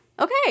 Okay